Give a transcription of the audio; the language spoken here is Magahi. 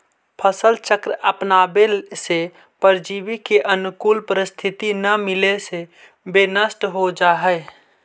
फसल चक्र अपनावे से परजीवी के अनुकूल परिस्थिति न मिले से वे नष्ट हो जाऽ हइ